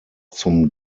zum